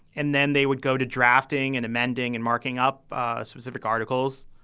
and then they would go to drafting and amending and marking up ah specific articles.